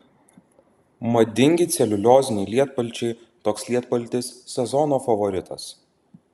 madingi celiulioziniai lietpalčiai toks lietpaltis sezono favoritas